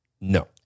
No